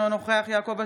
אינו נוכח יעקב אשר,